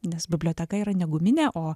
nes biblioteka yra neguminė o